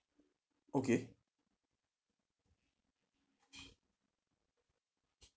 okay